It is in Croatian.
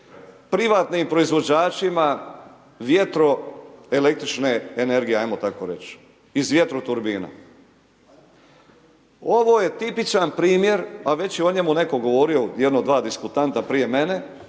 privatnim proizvođačima vjetroelektrične energije ajmo tako reći i vjetroturbina. Ovo je tipičan primjer, a već je o njemu netko govorio, jedno dva diskutanta prije mene